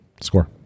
score